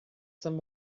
some